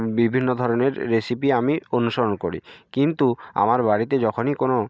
বিভিন্ন ধরনের রেসিপি আমি অনুসরণ করি কিন্তু আমার বাড়িতে যখনই কোনো